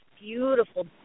beautiful